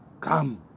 Come